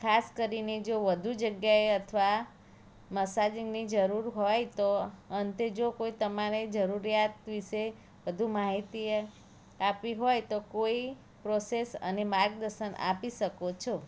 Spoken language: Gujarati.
ખાસ કરીને જો વધુ જગ્યાએ અથવા મસાજિંગની જરૂર હોય તો અંતે જો કોઈ તમારે જરૂરિયાત વિશે વધુ માહિતી આપી હોય તો કોઈ પ્રોસેસ અને માર્ગદર્શન આપી શકો છો